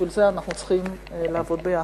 בשביל זה אנחנו צריכים לעבוד ביחד.